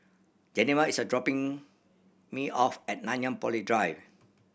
Geneva is a dropping me off at Nanyang Poly Drive